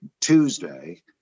Tuesday